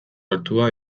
altua